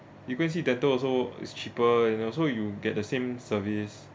you go and see dental also it's cheaper and also you get the same service